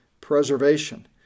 Preservation